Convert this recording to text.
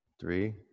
three